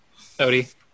Odie